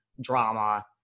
drama